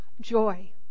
joy